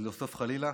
חלילה,